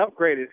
upgraded